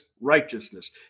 righteousness